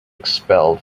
expelled